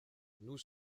nous